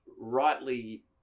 rightly